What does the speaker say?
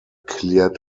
cleared